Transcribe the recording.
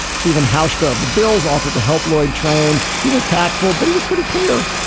stephen how suga of the bills offered to help lloyd train. he was tactful but he was pretty clear.